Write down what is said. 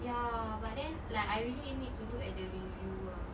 ya but then like I really need to look at the review ah